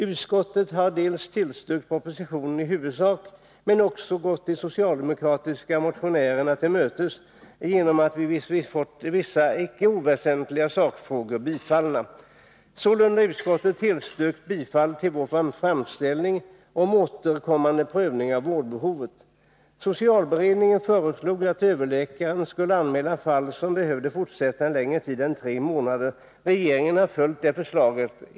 Utskottet har tillstyrkt propositionen i huvudsak, men också gått de socialdemokratiska motionärerna till mötes genom att vi fått vissa icke oväsentliga sakfrågor tillstyrkta. Sålunda har utskottet tillstyrkt bifall till vår framställning om återkommande prövning av vårdbehovet. Socialberedningen föreslog att överläkaren skulle anmäla fall som behövde vårdas längre tid än tre månader. Regeringen har följt det förslaget.